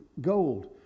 gold